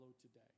today